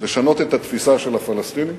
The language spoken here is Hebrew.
לשנות את התפיסה של הפלסטינים,